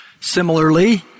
Similarly